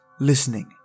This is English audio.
listening